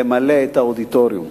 למלא את האודיטוריום,